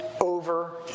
over